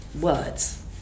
words